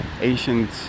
ancient